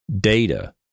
data